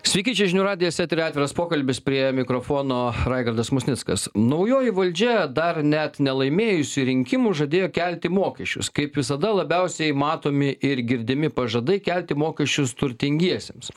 sveiki čia žinių radijas eteryje atviras pokalbis prie mikrofono raigardas musnickas naujoji valdžia dar net nelaimėjusi rinkimų žadėjo kelti mokesčius kaip visada labiausiai matomi ir girdimi pažadai kelti mokesčius turtingiesiems